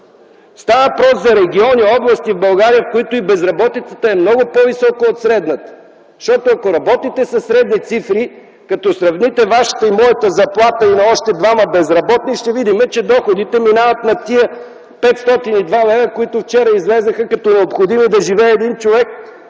Става въпрос за региони и области в България, където безработицата е много по-висока от средната. Защото ако работите със средни цифри, като вземете Вашата и моята заплата и тези на още двама безработни, ще видите, че доходите ни минават над тези 502 лв., които вчера излязоха като необходими, за да живее един човек.